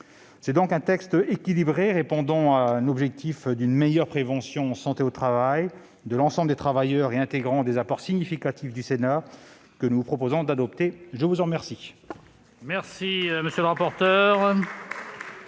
C'est donc un texte équilibré, répondant à l'objectif d'une meilleure prévention en santé au travail de l'ensemble des travailleurs et intégrant des apports significatifs du Sénat que nous vous proposons d'adopter. La parole est à M.